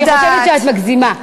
אני חושבת שאת מגזימה.